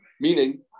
Meaning